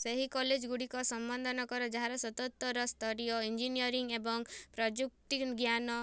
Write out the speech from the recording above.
ସେହି କଲେଜ୍ଗୁଡ଼ିକର ସମ୍ବୋନ୍ଧନ କର ଯାହାକି ସ୍ନାତକୋତ୍ତର ସ୍ତରୀୟ ଇଞ୍ଜିନିୟରିଂ ଏବଂ ପ୍ରଯୁକ୍ତିଜ୍ଞାନ